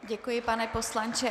Děkuji, pane poslanče.